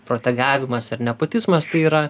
protegavimas ar nepotizmas tai yra